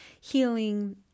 healing